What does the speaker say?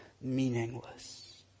meaningless